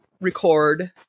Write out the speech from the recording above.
record